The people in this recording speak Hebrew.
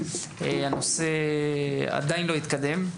הנושא עדיין לא התקדם.